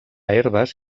herbes